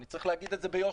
אני צריך להגיד את זה ביושר.